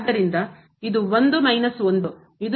ಆದ್ದರಿಂದ ಇದು 1 ಮೈನಸ್ 1 ಇದು ರದ್ದಾಗುತ್ತದೆ